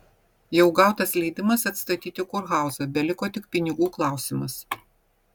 jau gautas leidimas atstatyti kurhauzą beliko tik pinigų klausimas